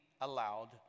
allowed